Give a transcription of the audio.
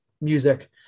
music